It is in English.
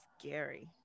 scary